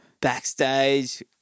backstage